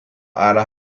ára